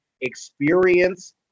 experience